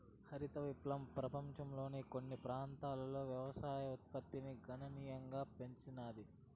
హరిత విప్లవం పపంచంలోని కొన్ని ప్రాంతాలలో వ్యవసాయ ఉత్పత్తిని గణనీయంగా పెంచినాది